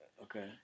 Okay